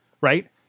Right